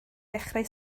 dechrau